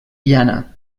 llana